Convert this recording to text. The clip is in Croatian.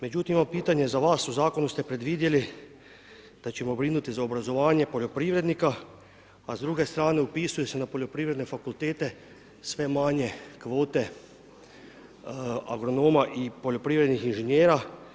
Međutim, imam pitanje za vas, u zakonu ste predvidjeli, da ćemo brinuti za obrazovanje poljoprivrednika, a s druge strane upisuju se na poljoprivredne fakultete sve manje kvote agronoma i poljoprivrednih inženjera.